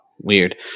weird